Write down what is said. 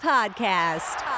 Podcast